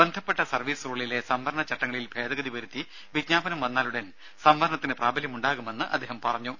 ബന്ധപ്പെട്ട സർവീസ് റൂളിലെ സംവരണ ചട്ടങ്ങളിൽ ഭേദഗതി വരുത്തി വിജ്ഞാപനം വന്നാലുടൻ സംവരണത്തിന് പ്രാബല്യമുണ്ടാകുമെന്ന് അദ്ദേഹം പറഞ്ഞു